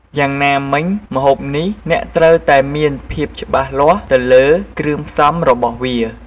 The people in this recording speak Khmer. យ៉ាងណាមិញម្ហូបនេះ អ្នកត្រួវតែមានភាពច្បាស់លាស់ទៅលើគ្រឿងផ្សំរបស់វា។